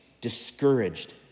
discouraged